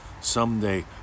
Someday